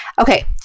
Okay